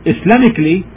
Islamically